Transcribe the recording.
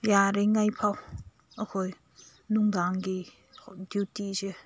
ꯌꯥꯔꯤꯉꯩꯐꯥꯎ ꯑꯩꯈꯣꯏ ꯅꯨꯡꯗꯥꯡꯒꯤ ꯗꯤꯌꯨꯇꯤꯁꯦ